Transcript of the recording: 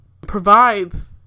provides